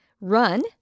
Run